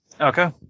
Okay